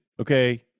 okay